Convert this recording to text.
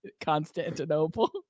Constantinople